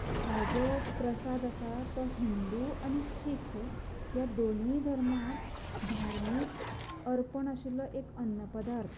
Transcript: हो जो प्रसाद आसा तो हिन्दू आनी शिख ह्या दोनूय धर्मांत धार्मिक अर्पण आशिल्लो एक अन्न पदार्थ